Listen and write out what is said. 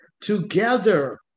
Together